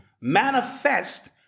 manifest